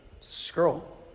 scroll